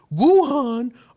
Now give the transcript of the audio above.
Wuhan